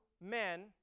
men